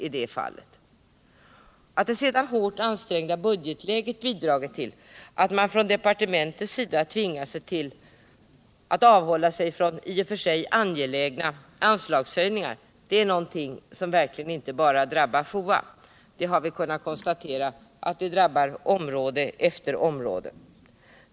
Att sedan det hårt ansträngda budgetläget har bidragit till att man från departementets sida har tvingats avhålla sig från i och för sig angelägna anslagshöjningar drabbar verkligen inte bara FOA — det drabbar område efter område.